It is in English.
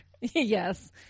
Yes